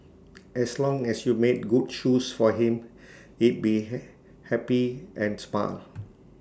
as long as you made good shoes for him he'd be happy and smile